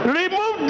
remove